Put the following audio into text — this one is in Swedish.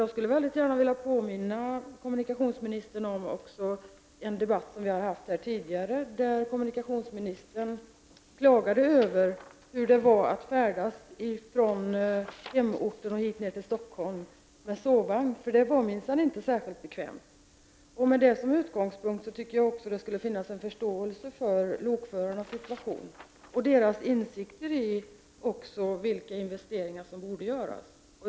Jag skulle väldigt gärna vilja påminna kommunikationsministern om en debatt som vi hade tidigare, då kommunikationsministern klagade över hur det var att resa med sovvagn från hans hemort hit ner till Stockholm. Det var minsann inte särskilt bekvämt. Med denna utgångspunkt tycker jag att det hos kommunikationsministern borde finnas förståelse för lokförarnas situation och för deras uppfattning om vilka investeringar som borde göras.